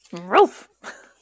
Roof